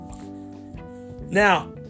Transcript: now